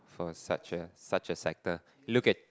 for such a such a sector look at